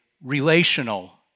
relational